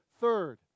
Third